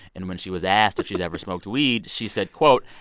and when she was asked if she had ever smoked weed, she said, quote,